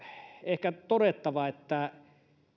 ehkä todettava että